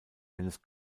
eines